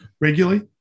regularly